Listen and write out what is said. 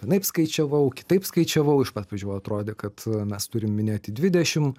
vienaip skaičiavau kitaip skaičiavau iš pat pradžių atrodė kad mes turim minėti dvidešim